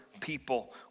people